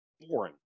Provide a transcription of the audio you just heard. boring